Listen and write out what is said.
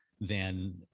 than-